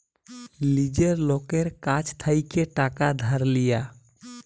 লীজের লকের কাছ থ্যাইকে টাকা ধার লিয়া